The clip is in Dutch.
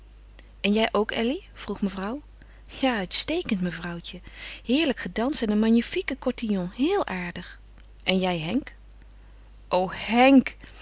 en jij ook elly vroeg mevrouw ja uitstekend mevrouwtje heerlijk gedanst en een magnifique cotillon heel aardig en jij henk o henk